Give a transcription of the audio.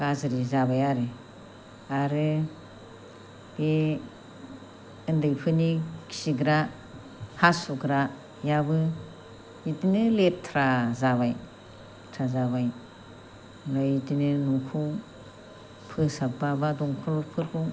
गाज्रि जाबाय आरो आरो बे उन्दैफोरनि खिग्रा हासुग्रायाबो बिदिनो लेथ्रा जाबाय ओमफ्राय बिदिनो न'खौ फोसाबब्ला बा दंखलफोरखौ